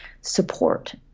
support